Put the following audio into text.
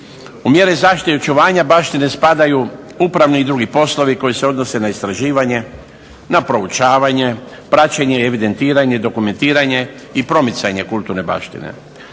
U mjere zaštite i očuvanja baštine spadaju upravni i drugi poslovi koji se odnose na istraživanje, na proučavanje, praćenje i evidentiranje, dokumentiranje i pomicanje kulturne baštine,